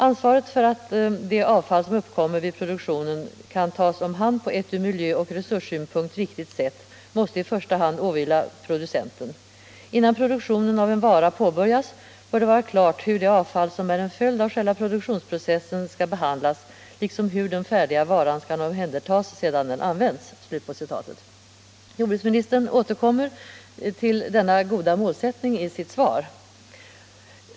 Ansvaret för att det avfall som uppkommer vid produktionen kan tas om hand på ett ur miljöoch resurssynpunkt riktigt sätt måste i första hand åvila producenten. Innan produktionen av en vara påbörjas bör det vara känt hur det avfall som är en följd av själva produktionsprocessen skall behandlas liksom hur den färdiga varan skall omhändertas sedan den använts.” Jordbruksministern återkommer till denna goda målsättning i sitt svar.